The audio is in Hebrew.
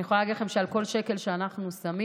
אני יכולה להגיד לכם שעל כל שקל שאנחנו שמים,